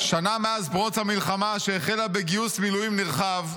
"שנה מאז פרוץ המלחמה, שהחלה בגיוס מילואים נרחב,